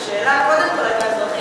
השאלה קודם כול הייתה לגבי אזרחים.